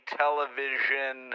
television